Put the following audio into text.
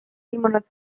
ilmunud